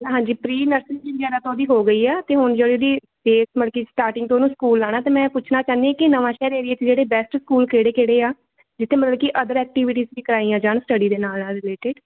ਹਾਂਜੀ pre nursery ਵਗੈਰਾ ਤਾਂ ਉਹਦੀ ਹੋ ਗਈ ਆ ਅਤੇ ਹੁਣ ਜਿਹੜੀ ਉਹਦੀ ਬੇਸ ਮਤਲਬ ਕਿ ਸਟਾਰਟਿੰਗ ਤੋਂ ਉਹਨੂੰ ਸਕੂਲ ਲਾਉਣਾ ਤਾਂ ਮੈਂ ਪੁੱਛਣਾ ਚਾਹੁੰਦੀ ਹਾਂ ਕਿ ਨਵਾਂ ਸ਼ਹਿਰ ਏਰੀਆ 'ਚ ਜਿਹੜੇ ਬੈਸਟ ਸਕੂਲ ਕਿਹੜੇ ਕਿਹੜੇ ਆ ਜਿੱਥੇ ਮਤਲਬ ਕਿ ਅਦਰ ਐਕਟੀਵਿਟੀਜ਼ ਵੀ ਕਰਾਈਆਂ ਜਾਣ ਸਟੱਡੀ ਦੇ ਨਾਲ ਨਾਲ ਰਿਲੇਟਿਡ